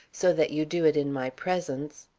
so that you do it in my presence.